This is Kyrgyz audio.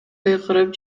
кыйкырып